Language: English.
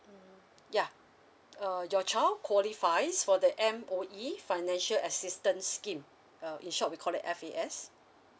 ya uh your child qualifies for the m_O_E financial assistance scheme err in short we coall that F_A_S